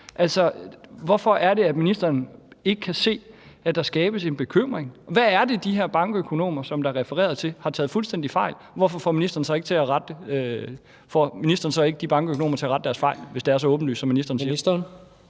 hvorfor er det, at ministeren ikke kan se, at der skabes en bekymring? Hvad er det, de her bankøkonomer, som der er refereret til, har taget fuldstændig fejl i? Hvorfor får ministeren så ikke de bankøkonomer til at rette deres fejl, hvis det er så åbenlyst, som ministeren siger?